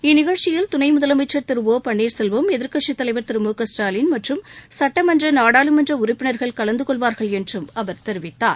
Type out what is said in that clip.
இந்நிகழ்ச்சியில் துணை முதலமைச்சர் திரு ஒ பன்னீர் செல்வம் எதிர்க்கட்சித் தலைவர் திரு மு க ஸ்டாலின் மற்றும் சட்டமன்ற நாடாளுமன்ற உறுப்பினர்கள் கலந்து கொள்வார்கள் என்றும் அவர் தெரிவித்தார்